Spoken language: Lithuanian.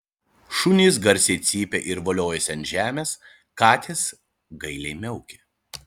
šunys garsiai cypia ir voliojasi ant žemės katės gailiai miaukia